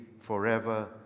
Forever